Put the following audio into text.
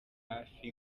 hafi